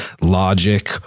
logic